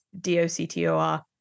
D-O-C-T-O-R